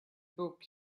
book